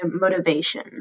motivation